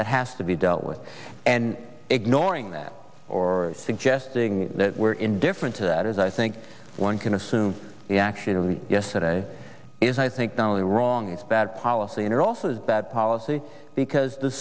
that has to be dealt with and ignoring that or suggesting that we're indifferent to that is i think one can assume the action of the yesterday is i think not only wrong it's bad policy in are also is bad policy because the